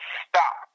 stop